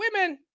women